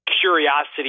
curiosity